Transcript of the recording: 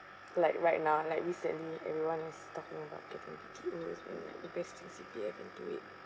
like right now like recently everyone is talking about getting B_T_O and like invest in C_P_F into it